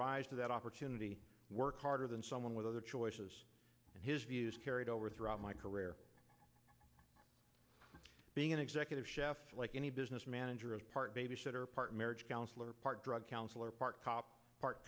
rise to that opportunity and work harder than someone with other choice his views carried over throughout my career being an executive chef like any business manager is part babysitter part marriage counselor part drug counselor part cop part